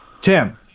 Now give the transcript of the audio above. Tim